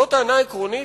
זאת טענה עקרונית,